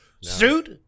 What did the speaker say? Suit